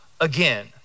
again